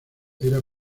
era